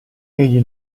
egli